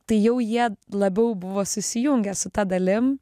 tai jau jie labiau buvo susijungę su ta dalim